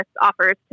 offers